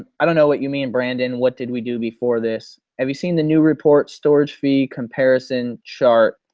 ah i don't know what you mean brandon, what did we do before this? have you seen the new report storage fee comparison chart?